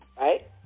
right